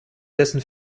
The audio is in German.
dessen